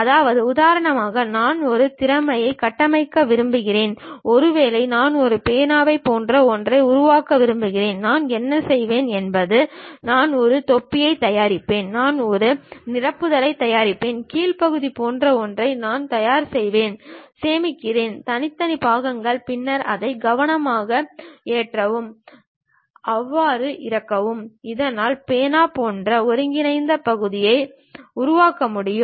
அதாவது உதாரணமாக நான் ஒரு திறனைக் கட்டமைக்க விரும்புகிறேன் ஒருவேளை நான் ஒரு பேனாவைப் போன்ற ஒன்றை உருவாக்க விரும்புகிறேன் நான் என்ன செய்வேன் என்பது நான் ஒரு தொப்பியைத் தயாரிப்பேன் நான் ஒரு நிரப்புதலைத் தயாரிப்பேன் கீழ் பகுதி போன்ற ஒன்றை நான் தயார் செய்வேன் சேமிக்கிறேன் தனித்தனி பாகங்கள் பின்னர் அதை கவனமாக ஏற்றவும் அவற்றை இறுக்கவும் இதனால் பேனா போன்ற ஒருங்கிணைந்த பகுதியை உருவாக்க முடியும்